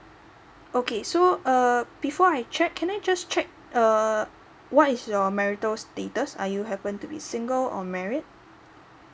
okay so uh before I check can I just check uh what is your marital status are you happen to be single or married